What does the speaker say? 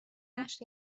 نشت